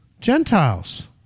Gentiles